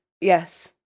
Yes